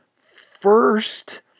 first